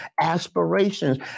aspirations